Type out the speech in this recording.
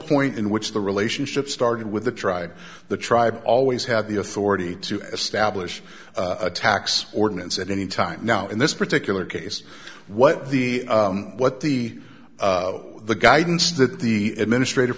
point in which the relationship started with the tribe the tribe always had the authority to establish a tax ordinance at any time now in this particular case what the what the the guidance that the administrative